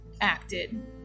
acted